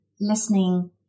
listening